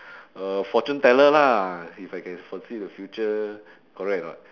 a fortune teller lah if I can foresee the future correct or not